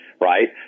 right